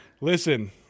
Listen